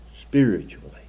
spiritually